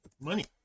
money